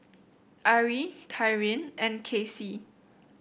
Ari Tyrin and Kasie